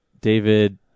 David